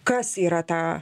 kas yra tą